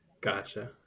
Gotcha